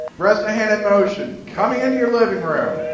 bresnahan in motion coming into your living room.